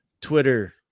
Twitter